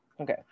Okay